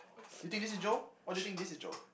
you think this is Joe or do you think this is Joe